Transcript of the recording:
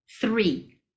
three